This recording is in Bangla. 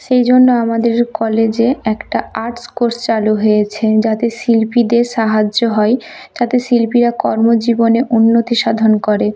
সেই জন্য আমাদের কলেজে একটা আর্টস কোর্স চালু হয়েছে যাতে শিল্পীদের সাহায্য হয় যাতে শিল্পীরা কর্মজীবনে উন্নতি সাধন করে